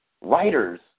Writers